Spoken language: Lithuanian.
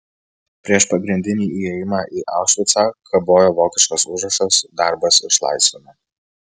prieš pagrindinį įėjimą į aušvicą kabojo vokiškas užrašas darbas išlaisvina